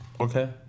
Okay